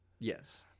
Yes